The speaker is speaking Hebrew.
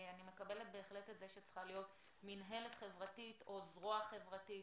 אני מקבלת בהחלט את זה שצריכה להיות מִנהלת חברתית או זרוע חברתית,